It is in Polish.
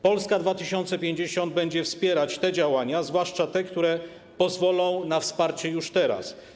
Polska 2050 będzie wspierać te działania, a zwłaszcza te, które pozwolą na wsparcie już teraz.